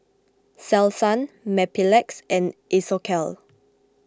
Selsun Mepilex and Isocal